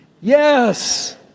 yes